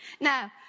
Now